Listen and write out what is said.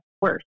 worse